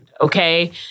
okay